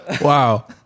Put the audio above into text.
Wow